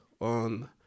on